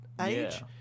age